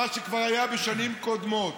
מה שכבר היה בשנים קודמות,